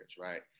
right